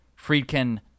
Friedkin